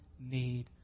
need